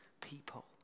people